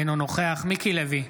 אינו נוכח מיקי לוי,